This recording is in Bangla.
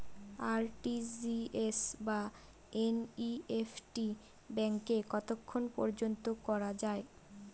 আর.টি.জি.এস বা এন.ই.এফ.টি ব্যাংকে কতক্ষণ পর্যন্ত করা যায়?